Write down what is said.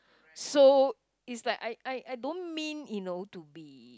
so is like I I I don't mean you know to be